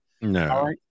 No